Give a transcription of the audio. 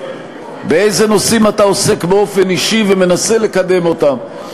באיזה נושאים אתה עוסק באופן אישי ומנסה לקדם אותם,